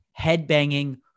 headbanging